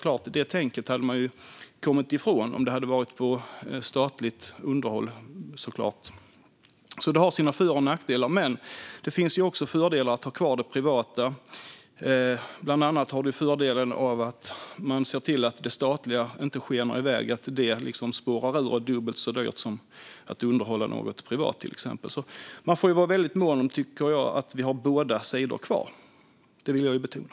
Detta tänk hade man såklart kommit ifrån om staten hade stått för underhållet. Det har alltså både för och nackdelar. Det finns också fördelar med att ha kvar det privata. Bland annat kan man se till att det statliga inte skenar iväg - spårar ur - och blir dubbelt så dyrt som att exempelvis underhålla något med det privata. Jag tycker att man måste vara mån om att ha kvar båda sidor. Detta vill jag betona.